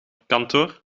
kantoor